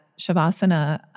Shavasana